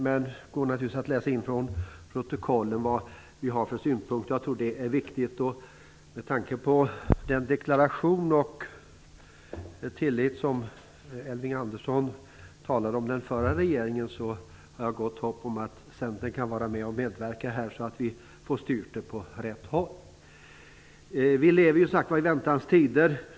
Det går naturligtvis också att läsa in från protokollet vilka synpunkter vi har. Med tanke på den tillit till den förra regeringen som Elving Andersson visade i sin deklaration har jag gott hopp om att Centern skall kunna medverka till att det styrs åt rätt håll. Vi lever, som sagts, i väntans tider.